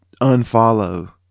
unfollow